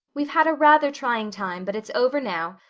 we've had a rather trying time but it's over now.